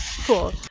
Cool